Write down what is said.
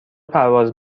پرواز